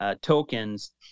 tokens